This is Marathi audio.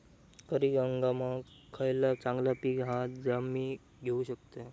खरीप हंगामाक खयला चांगला पीक हा जा मी घेऊ शकतय?